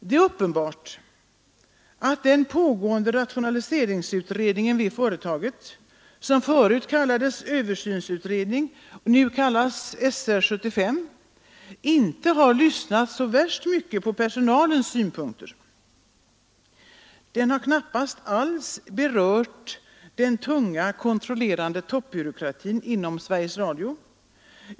Det är uppenbart att den pågående rationaliseringsutredningen vid företaget, som förut kallades översynsutredning och som nu kallas SR 75, inte har lyssnat så värst mycket på personalens synpunkter. Den har knappast alls berört den tunga, kontrollerande toppbyråkratin inom Sveriges Radio.